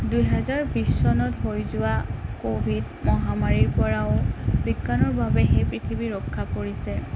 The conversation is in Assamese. দুহেজাৰ বিছ চনত হৈ যোৱা কভিড মহামাৰীৰ পৰাও বিজ্ঞানৰ বাবেহে পৃথিৱী ৰক্ষা পৰিছে